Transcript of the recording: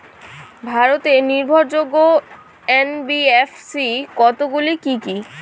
ভারতের নির্ভরযোগ্য এন.বি.এফ.সি কতগুলি কি কি?